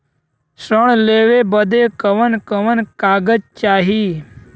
ऋण लेवे बदे कवन कवन कागज चाही?